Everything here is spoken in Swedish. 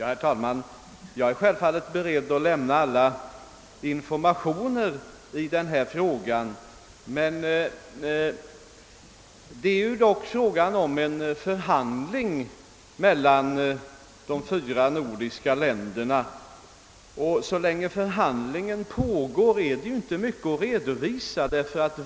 Herr talman! Jag är självfallet beredd att lämna alla informationer i denna fråga, men det gäller dock en förhandling mellan de fyra nordiska länderna, och så länge den pågår finns det inte mycket att redovisa.